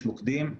מוקדים.